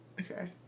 Okay